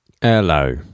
Hello